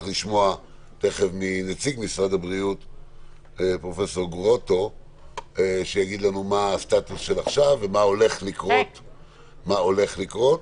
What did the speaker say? לשמוע מנציג המשרד להגיד לנו מה הסטטוס עכשיו ומה עומד לקרות.